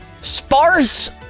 Sparse